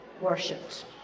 worshipped